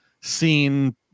seen